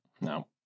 No